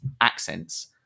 accents